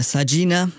Sajina